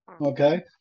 okay